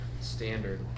standard